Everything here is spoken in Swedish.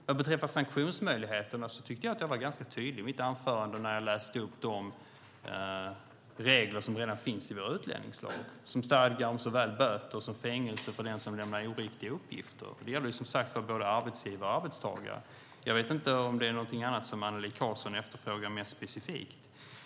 Vad beträffar sanktionsmöjligheterna tycker jag att jag var ganska tydlig i mitt anförande när jag läste upp de regler som redan finns i vår utlänningslag som stadgar om såväl böter som fängelse för den som lämnar oriktiga uppgifter. Det gäller, som sagt, både arbetsgivare och arbetstagare. Jag vet inte om det är någonting annat som Annelie Karlsson efterfrågar mer specifikt.